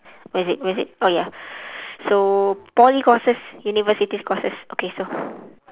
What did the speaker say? where is it where is it oh ya so poly courses universities course okay so